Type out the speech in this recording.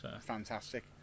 Fantastic